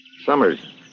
Summers